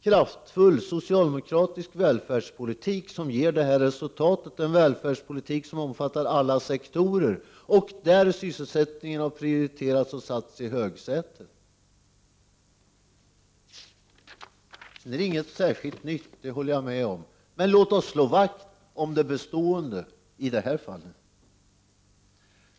kraftfull socialdemokratisk välfärdspolitik, som ger det resultatet, en välfärdspolitik som omfattar alla sektorer och där sysselsättningen har prioriterats och satts i högsätet. Det är inget särskilt nytt — det håller jag med om. Men låt oss slå vakt om det bestående i det här fallet!